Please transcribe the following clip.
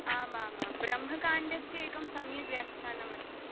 आमामां ब्रह्मकाण्डस्य एकं सम्यग्व्याख्यानमस्ति